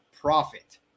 profit